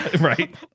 Right